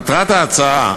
מטרת ההצעה,